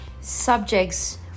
subjects